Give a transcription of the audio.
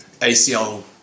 ACL